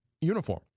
uniform